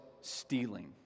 stealing